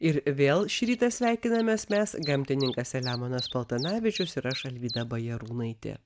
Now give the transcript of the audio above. ir vėl šį rytą sveikinamės mes gamtininkas selemonas paltanavičius ir aš alvyda bajarūnaitė